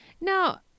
now